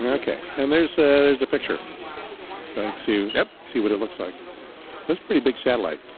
um ok and there's there's a picture thanks you. yep. see what it looks like that's pretty big satellite.